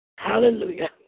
Hallelujah